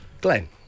Glenn